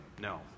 No